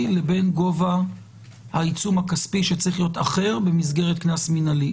לבין גובה העיצום הכספי שצריך להיות אחר במסגרת קנס מינהלי.